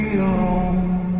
alone